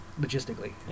logistically